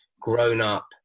grown-up